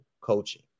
coaching